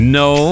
no